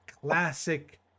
classic